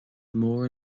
mór